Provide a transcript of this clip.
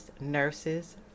nurses